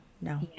no